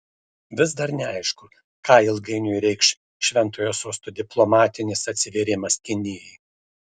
vis dar neaišku ką ilgainiui reikš šventojo sosto diplomatinis atsivėrimas kinijai